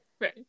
Right